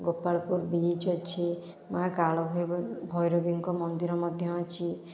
Gopalpur beach ଅଛି ମା' କାଳ ଭୈରବୀଙ୍କ ମନ୍ଦିର ମଧ୍ୟ ଅଛି